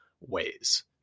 ways